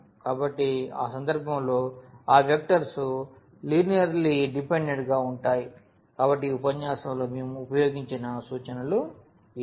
కాబట్టి ఆ సందర్భంలో ఆ వెక్టర్స్ లినియర్లీ డిపెండెంట్ గా ఉంటాయి కాబట్టి ఈ ఉపన్యాసంలో మేము ఉపయోగించిన సూచనలు ఇవి